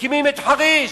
מקימים את חריש,